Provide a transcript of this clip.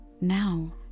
Now